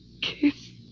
kiss